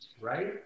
right